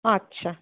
আচ্ছা